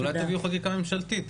אז אולי תביאו חקיקה ממשלתית.